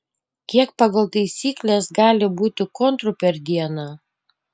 kiek pagal taisykles gali būti kontrų per dieną